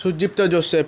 ସୁଜିପ୍ତ Josep